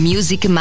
Music